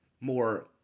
more